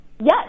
Yes